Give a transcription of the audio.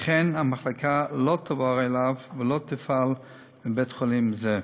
ולכן המחלקה לא תועבר אליו ולא תופעל בבית-חולים זה.